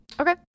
Okay